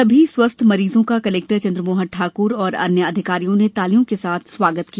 सभी स्वस्थ मरीजों का कलेक्टर चंद्रमोहन ठाकुर और अन्य अधिकारियों ने तालियों के साथ स्वागत किया